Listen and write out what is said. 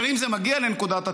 אבל אם זה מגיע לנקודת הטרור,